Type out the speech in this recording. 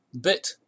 bit